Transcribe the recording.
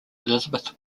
elizabeth